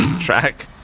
track